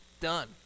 done